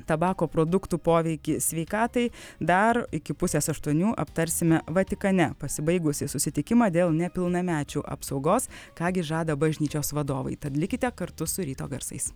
tabako produktų poveikį sveikatai dar iki pusės aštuonių aptarsime vatikane pasibaigusį susitikimą dėl nepilnamečių apsaugos ką gi žada bažnyčios vadovai tad likite kartu su ryto garsais